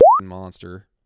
monster